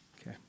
Okay